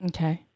Okay